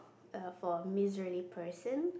err for misery person